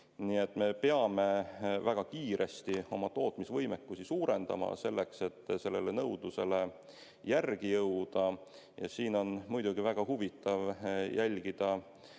Nii et me peame väga kiiresti oma tootmisvõimekust suurendama, et nõudlusele järgi jõuda. Siin on muidugi väga huvitav jälgida